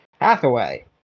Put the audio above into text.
Hathaway